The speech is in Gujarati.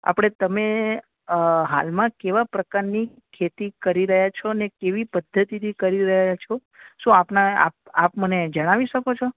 આપણે તમે હાલમાં કેવા પ્રકારની ખેતી કરી રહ્યા છો ને કેવી પધ્ધતિથી કરી રહ્યા છો શું આપના આપ આપ મને જણાવી શકો છો